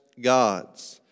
gods